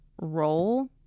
role